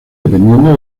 dependiendo